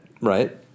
right